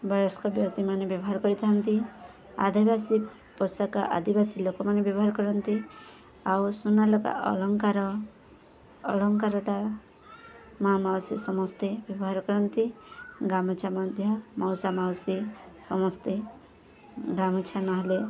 ବୟସ୍କ ବ୍ୟକ୍ତିମାନେ ବ୍ୟବହାର କରିଥାନ୍ତି ଆଦିବାସୀ ପୋଷାକ ଆଦିବାସୀ ଲୋକମାନେ ବ୍ୟବହାର କରନ୍ତି ଆଉ ସୁନାଲୁକା ଅଳଙ୍କାର ଅଳଙ୍କାରଟା ମା' ମାଉସୀ ସମସ୍ତେ ବ୍ୟବହାର କରନ୍ତି ଗାମୁଛା ମଧ୍ୟ ମାଉସା ମାଉସୀ ସମସ୍ତେ ଗାମୁଛା ନହେଲେ